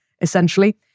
Essentially